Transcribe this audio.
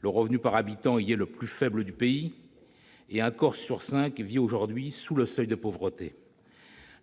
Le revenu par habitant y est le plus faible du pays, et un Corse sur cinq vit aujourd'hui sous le seuil de pauvreté.